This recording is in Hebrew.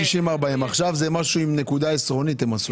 עכשיו עשו משהו עם נקודה עשרונית.